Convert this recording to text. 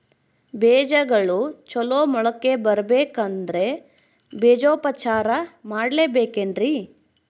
ಬೇಜಗಳು ಚಲೋ ಮೊಳಕೆ ಬರಬೇಕಂದ್ರೆ ಬೇಜೋಪಚಾರ ಮಾಡಲೆಬೇಕೆನ್ರಿ?